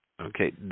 Okay